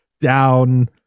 down